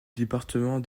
département